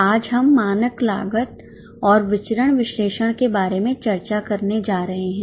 आज हम मानक लागत और विचरण विश्लेषण के बारे में चर्चा करने जा रहे हैं